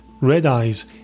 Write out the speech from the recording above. Red-Eyes